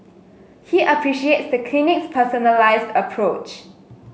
he appreciates the clinic's personalized approach